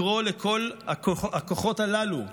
לקרוא לכל הכוחות הללו,